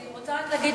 אני רוצה רק להגיד